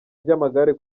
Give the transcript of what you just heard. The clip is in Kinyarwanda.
ry’amagare